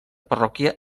parròquia